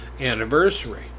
anniversary